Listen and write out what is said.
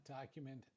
document